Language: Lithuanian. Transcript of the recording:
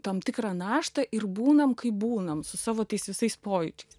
tam tikrą naštą ir būnam kai būnam su savo tais visais pojūčiais